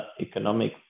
economic